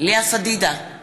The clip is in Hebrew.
לאה פדידה,